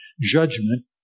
judgment